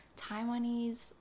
Taiwanese